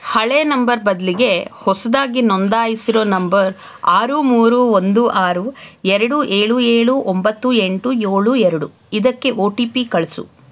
ಹಳೆಯ ನಂಬರ್ ಬದಲಿಗೆ ಹೊಸದಾಗಿ ನೋಂದಾಯಿಸಿರೋ ನಂಬರ್ ಆರು ಮೂರು ಒಂದು ಆರು ಎರಡು ಏಳು ಏಳು ಒಂಬತ್ತು ಎಂಟು ಏಳು ಎರಡು ಇದಕ್ಕೆ ಒ ಟಿ ಪಿ ಕಳಿಸು